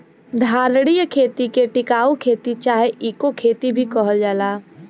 धारणीय खेती के टिकाऊ खेती चाहे इको खेती भी कहल जाला